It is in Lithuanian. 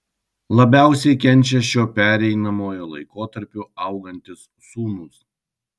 labiausiai kenčia šiuo pereinamuoju laikotarpiu augantys sūnūs